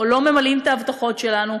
או לא ממלאים את ההבטחות שלנו,